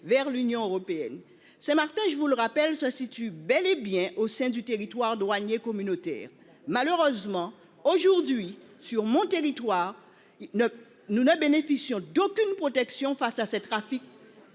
vers l'Union européenne c'est Martin, je vous le rappelle, ça situe bel et bien au sein du territoire douanier communautaire malheureusement aujourd'hui sur mon territoire. Il ne nous ne bénéficions d'aucune protection face à ces trafics.